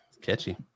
Catchy